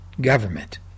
government